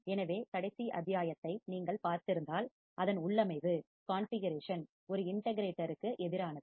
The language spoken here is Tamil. எனவே கடைசி அத்தியாயத்தை நீங்கள் பார்த்திருந்தால் அதன் உள்ளமைவு கான்பிகரேஷன் ஒரு இன்டெகிரெட்ருக்கு எதிரானது